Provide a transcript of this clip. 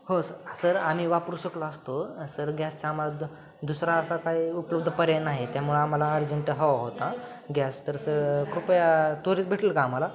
हो sir sir आम्ही वापरू शकलो असतो सर गॅसच्या आम्हाला दुसरा असा काही उपलब्ध पर्याय नाही त्यामुळे आम्हाला अर्जंट हवा होता गॅस तर सर कृपया त्वरीत भेटेल का आम्हाला